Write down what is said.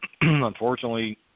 Unfortunately